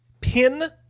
Pin